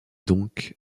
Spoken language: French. donc